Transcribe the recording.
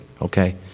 Okay